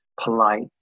polite